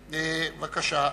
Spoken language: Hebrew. סולודקין.